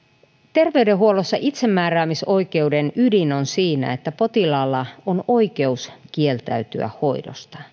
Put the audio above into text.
terveydenhuollossa itsemääräämisoikeuden ydin on siinä että potilaalla on oikeus kieltäytyä hoidosta